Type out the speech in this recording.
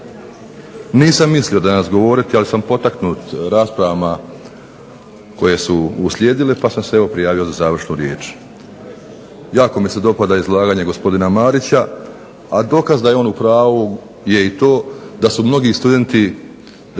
nisam mislio danas govoriti, ali sam potaknut raspravama koje su uslijedile, pa sam se evo prijavio za završnu riječ. Jako mi se dopada izlaganje gospodina Marića, a dokaz da je on u pravu je i to da su mnogi studenti poput